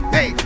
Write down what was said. Hey